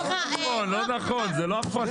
לא נכון, זה לא הפרטה.